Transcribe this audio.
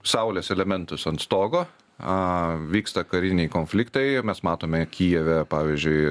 saulės elementus ant stogo a vyksta kariniai konfliktai mes matome kijeve pavyzdžiui